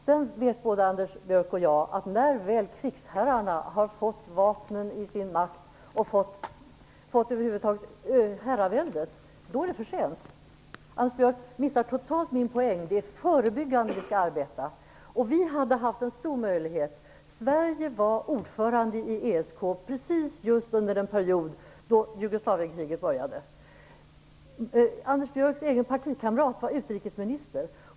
Sedan vet både Anders Björck och jag att när väl krigsherrarna har fått vapnen i sin makt och över huvud taget fått herraväldet är det för sent. Anders Björck missar totalt min poäng. Vi skall arbeta förebyggande. Vi hade haft en stor möjlighet att göra detta. Sverige var ordförande i ESK precis just under den period då Jugoslavienkriget började. Anders Björcks egen partikamrat var utrikesminister.